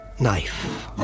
Knife